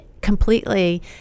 completely